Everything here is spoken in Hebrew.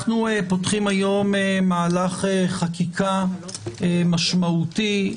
אנחנו פותחים היום מהלך חקיקה משמעותי,